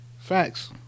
Facts